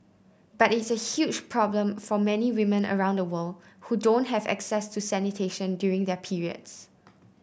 but it's a huge problem for many women around the world who don't have access to sanitation during their periods